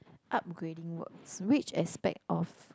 upgrading works which aspect of